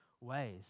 ways